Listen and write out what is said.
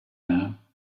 now